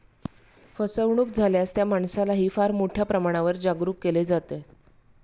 फसवणूक झाल्यास त्या माणसालाही फार मोठ्या प्रमाणावर जागरूक केले जाते